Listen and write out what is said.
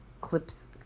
clips